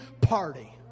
party